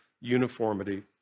uniformity